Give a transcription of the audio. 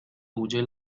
huye